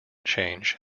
change